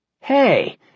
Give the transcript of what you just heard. Hey